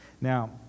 Now